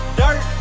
dirt